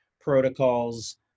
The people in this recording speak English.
protocols